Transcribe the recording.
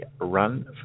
run